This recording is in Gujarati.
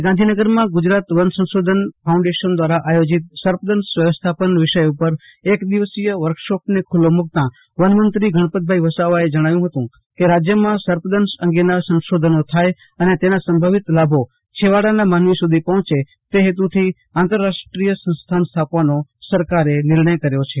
આ જે ગાંધીનગરમાં ગુજરાત વન સંશોધન ફાઉન્ડેશન દ્વારા આયોજિત સર્પદંશ વ્યવસ્થાપન વિષય ઉપર એક દિવસીય વર્કશોપને ખુલ્લો મુકતા વનમંત્રી ગણપતભાઈ વસવાએ જણાવ્યું કે રાજ્યમાં સર્પદંશ અંગેના સંશોધનો થાય અને તેના સંભવિત લાભો છેવાડાના માનવી સુધી પહોંચે તે હેતુથી આંતરરાષ્ટ્રીય સંસ્થાના સ્થાપવાનો સરકારે નિર્ણય કર્યો છે